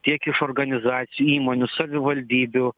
tiek iš organizacijų įmonių savivaldybių